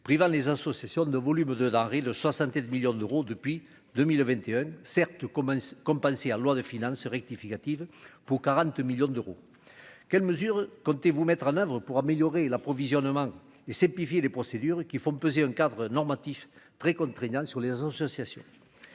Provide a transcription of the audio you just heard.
privant les associations de volumes de denrées de 67 millions d'euros depuis 2021 certes comment compenser en loi de finances rectificative pour 40 millions d'euros, quelles mesures comptez-vous mettre en oeuvre pour améliorer l'approvisionnement et simplifier les procédures et qui font peser un cadre normatif très contraignant sur les associations